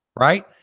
right